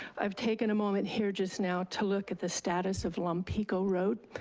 i've taken a moment here just now to look at the status of lompico road.